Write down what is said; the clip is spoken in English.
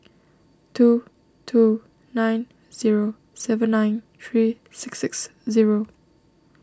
two two nine zero seven nine three six six zero